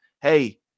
Hey